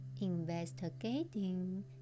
investigating